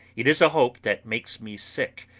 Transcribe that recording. it is a hope that makes me sick,